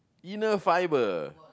inner fibre